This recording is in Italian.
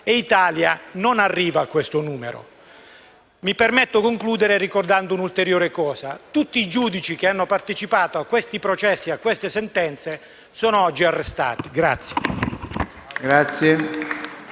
e Italia non arriva a questo numero. Mi permetto di concludere ricordando un fatto ulteriore: tutti i giudici che hanno partecipato a quei processi e a quelle sentenze sono oggi in arresto.